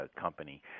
company